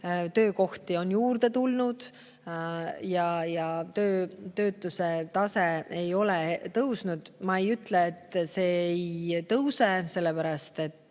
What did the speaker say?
Töökohti on juurde tulnud ja töötuse tase ei ole tõusnud. Ma ei ütle, et see ei tõuse, sellepärast et